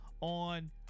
on